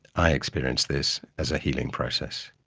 i experience this as a healing process.